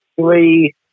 three